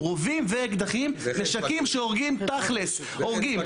רובים ואקדחים, נשקים שהורגים תכל'ס, הורגים.